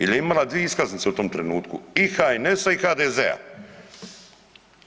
Jer je imala dvije iskaznice u tom trenutku i HNS-a i HDZ-a.